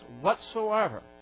whatsoever